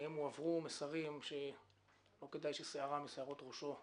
האם הועברו מסרים שלא כדאי ששערה משערות ראשו תיפול?